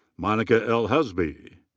monica l. husby.